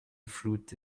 fruit